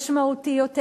משמעותי יותר.